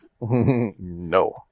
No